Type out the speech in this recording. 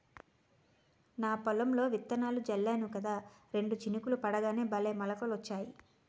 నా పొలంలో విత్తనాలు జల్లేను కదా రెండు చినుకులు పడగానే భలే మొలకలొచ్చాయి